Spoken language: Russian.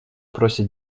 просят